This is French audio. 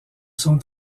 sont